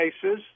cases